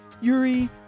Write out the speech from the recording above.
Yuri